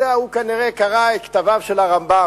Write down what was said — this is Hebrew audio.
הוא כנראה קרא את כתביו של הרמב"ם.